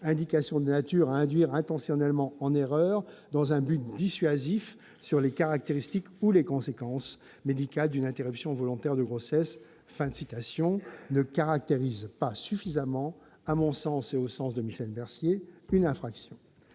indications de nature à induire intentionnellement en erreur, dans un but dissuasif, sur les caractéristiques ou les conséquences médicales d'une interruption volontaire de grossesse » ne caractérise pas suffisamment une infraction.